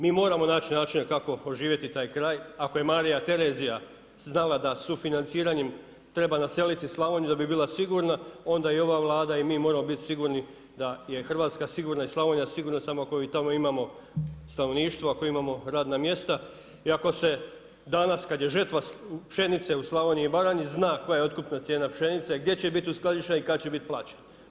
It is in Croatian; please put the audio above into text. Mi moramo naći načina kako oživjeti taj kraj, ako je Marija Terezija znala da sufinanciranjem treba naseliti Slavoniju da bi bila sigurna onda i ova Vlada i mi moramo biti sigurni da je Hrvatska sigurna i Slavonija sigurna samo ako mi tamo imamo stanovništvo, ako imamo radna mjesta i ako se danas kada je žetva pšenice u Slavoniji i Baranji zna koja je otkupna cijena pšenice, gdje će biti uskladištena i kada će biti plaćena.